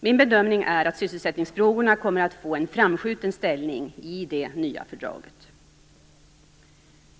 Min bedömning är att sysselsättningsfrågorna kommer att få en framskjuten ställning i det nya fördraget.